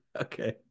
Okay